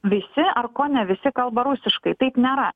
visi ar kone visi kalba rusiškai taip nėra